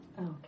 okay